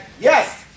yes